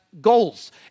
goals